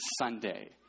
Sunday